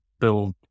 build